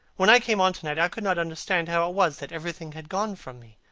when i came on to-night, i could not understand how it was that everything had gone from me.